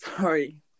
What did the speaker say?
sorry